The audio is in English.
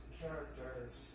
characters